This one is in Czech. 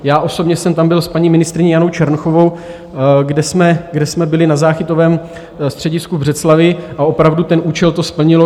Já osobně jsem tam byl s paní ministryní Janou Černochovou, kde jsme byli na záchytovém středisku v Břeclavi, a opravdu ten účel to splnilo.